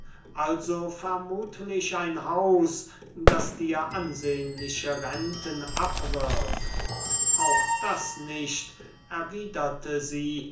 also vermuthlich ein haus das dir ansehnliche renten abwirft auch das nicht erwiederte sie